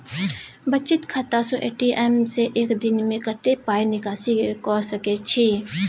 बचत खाता स ए.टी.एम से एक दिन में कत्ते पाई निकासी के सके छि?